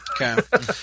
Okay